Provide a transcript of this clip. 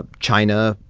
ah china,